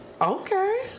Okay